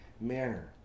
manner